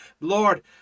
lord